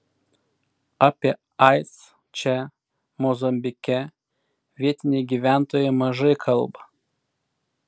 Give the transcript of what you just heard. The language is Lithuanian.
apie aids čia mozambike vietiniai gyventojai mažai kalba